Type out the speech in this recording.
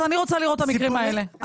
אני רוצה לראות את המקרים האלה.